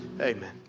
Amen